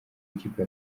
ikipe